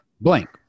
blank